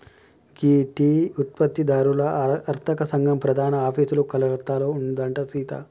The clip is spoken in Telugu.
గీ టీ ఉత్పత్తి దారుల అర్తక సంగం ప్రధాన ఆఫీసు కలకత్తాలో ఉందంట సీత